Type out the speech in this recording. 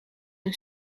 een